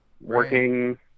working